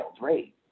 rate